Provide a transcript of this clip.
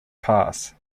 pass